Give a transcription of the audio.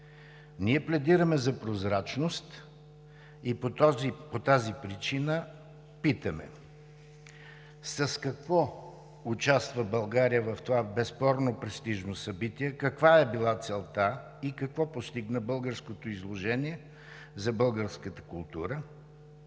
Ние пледираме за прозрачност и по тази причина питаме: с какво участва България в това безспорно престижно събитие? Каква е била целта и какво постигна българското изложение за българската култура?